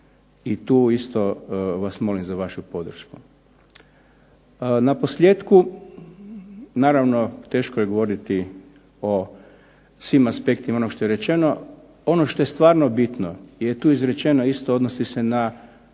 I tu isto vas molim za vašu podršku. Na posljetku, naravno teško je govoriti o svim aspektima ono što je rečeno. Ono što je stvarno bitno je tu izrečeno a odnosi se na